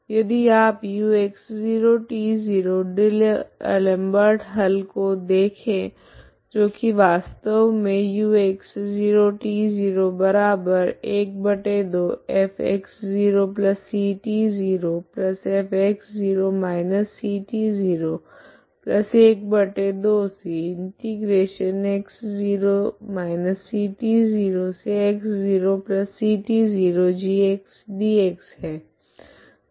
यदि आप ux0t0 d'Alembert हल को देखे जो की वास्तव मे है